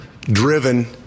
driven